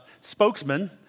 spokesman